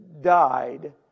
died